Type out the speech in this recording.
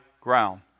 ground